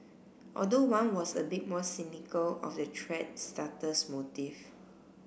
although one was a bit more cynical of the thread starter's motive